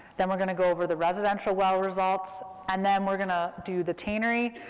then we're going to go over the residential well results, and then we're going to do the tannery,